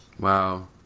Wow